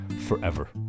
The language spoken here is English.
forever